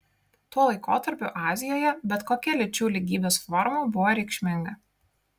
tuo laikotarpiu azijoje bet kokia lyčių lygybės forma buvo reikšminga